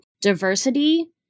diversity